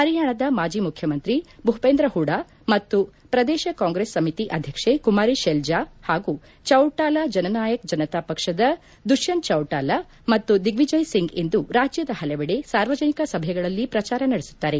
ಪರಿಯಾಣದ ಮಾಜಿ ಮುಖ್ಯಮಂತ್ರಿ ಭೂವೇಂದ್ರ ಪುಡಾ ಮತ್ತು ಪ್ರದೇಶ ಕಾಂಗ್ರೆಸ್ ಸಮಿತಿ ಅಧ್ಯಕ್ಷ ಕುಮಾರಿ ಶೆಲ್ತಾ ಹಾಗೂ ಚೌಟಾಲಾ ಜನನಾಯಕ್ ಜನತಾ ಪಕ್ಷದ ದುಶ್ವಂತ್ ಚೌಟಾಲಾ ಮತ್ತು ದಿಗ್ನಿಜಯ ಸಿಂಗ್ ಇಂದು ರಾಜ್ಯದ ಪಲವೆಡೆ ಸಾರ್ವಜನಿಕ ಸಭೆಗಳಲ್ಲಿ ಪ್ರಜಾರ ನಡೆಸುತ್ತಾರೆ